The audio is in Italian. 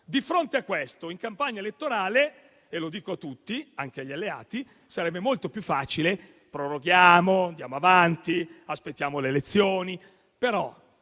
di fronte a questo, in campagna elettorale - e lo dico a tutti, anche agli alleati - sarebbe molto più facile dire che proroghiamo, andiamo avanti, aspettiamo le elezioni.